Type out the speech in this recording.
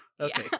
okay